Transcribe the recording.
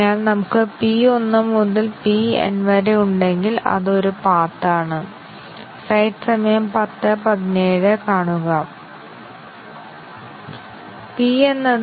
അതിനാൽ short circuit വിലയിരുത്തൽ കാരണം നിങ്ങൾ 32 ഉപയോഗിക്കേണ്ടതില്ല